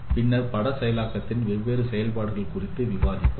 பின்னர் பட செயலாக்கத்தின் வெவ்வேறு செயல்பாடுகள் குறித்து விவாதித்தோம்